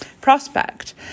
prospect